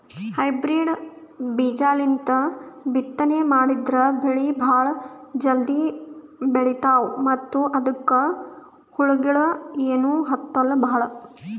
hybrid ಬೀಜಾಲಿಂದ ಬಿತ್ತನೆ ಮಾಡದ್ರ್ ಬೆಳಿ ಭಾಳ್ ಜಲ್ದಿ ಬೆಳೀತಾವ ಮತ್ತ್ ಅವಕ್ಕ್ ಹುಳಗಿಳ ಏನೂ ಹತ್ತಲ್ ಭಾಳ್